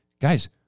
guys